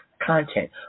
content